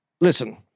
listen